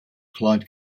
clyde